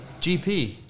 GP